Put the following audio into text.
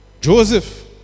Joseph